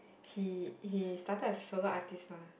he he started as solo artist mah